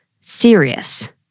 serious